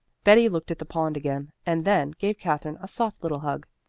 betty looked at the pond again and then gave katherine a soft little hug.